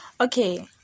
Okay